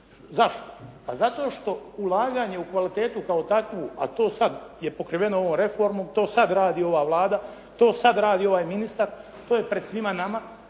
Zašto? Pa zato što ulaganje u kvalitetu kao takvu, a to sad je pokriveno ovom reformom, to sad radi ova Vlada, to sad radi ovaj ministar. To je pred svima nama.